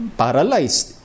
paralyzed